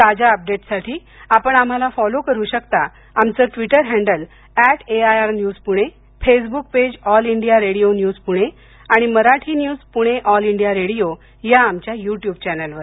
ताज्या अपडेट्ससाठी आपण आम्हाला फॉलो करु शकता आमचं Twitter handle at AIR news Pune Facebook page All India Radio news Pune आणि Marathi news Pune All India Radio या आमच्या युट्युब चॅनेलवर